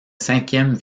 cinquième